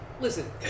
Listen